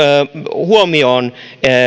huomioon